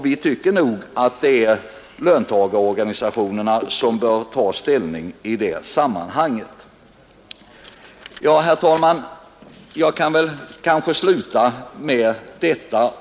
Vi tycker nog att löntagarorganisationerna bör ta ställning i detta avseende.